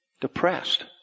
Depressed